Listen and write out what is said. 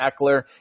Eckler